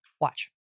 Watch